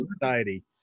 society